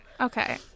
okay